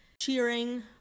cheering